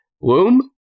Womb